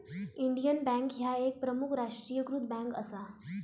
Indian Bank ह्या एक प्रमुख राष्ट्रीयीकृत बँक असा